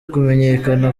kumenyekana